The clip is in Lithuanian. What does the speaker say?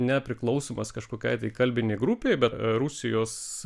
nepriklausymas kažkokiai kalbinei grupei bet rusijos